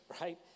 right